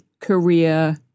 career